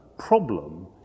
Problem